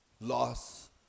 loss